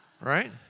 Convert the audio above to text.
right